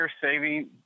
saving